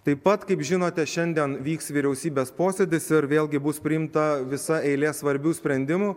taip pat kaip žinote šiandien vyks vyriausybės posėdis ir vėlgi bus priimta visa eilė svarbių sprendimų